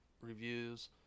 reviews